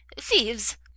thieves